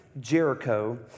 Jericho